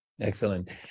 Excellent